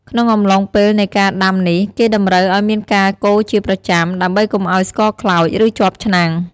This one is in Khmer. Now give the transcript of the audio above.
ក្នុងអំឡុងពេលនៃការដាំនេះ គេតម្រូវឲ្យមានការកូរជាប្រចាំ ដើម្បីកុំឲ្យស្ករខ្លោច ឬជាប់ឆ្នាំង។